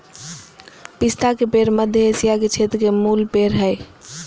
पिस्ता के पेड़ मध्य एशिया के क्षेत्र के मूल पेड़ हइ